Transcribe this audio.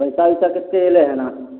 पैसा वैसा कतेक एलै हन अहाँ लग